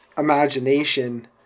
imagination